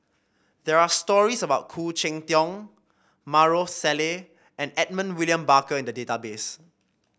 there are stories about Khoo Cheng Tiong Maarof Salleh and Edmund William Barker in the database